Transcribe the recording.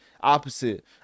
opposite